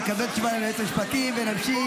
נקבל תשובה מהייעוץ המשפטי ונמשיך,